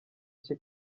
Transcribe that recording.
cye